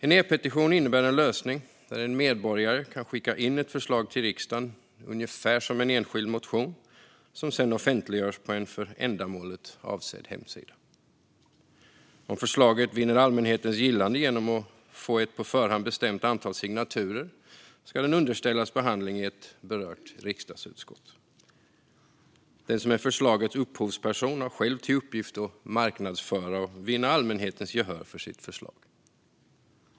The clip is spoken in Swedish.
En e-petition innebär att en medborgare kan skicka in ett förslag till riksdagen, ungefär som en enskild motion, som sedan offentliggörs på en för ändamålet avsedd hemsida. Om förslaget vinner allmänhetens gillande genom att få ett på förhand bestämt antal signaturer ska den underställas behandling i berört riksdagsutskott. Den som är förslagets upphovsperson har själv till uppgift att marknadsföra och vinna allmänhetens gehör för sitt förslag.